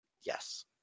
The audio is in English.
Yes